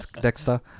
Dexter